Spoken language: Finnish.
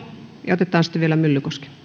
ja otetaan sitten vielä myllykoski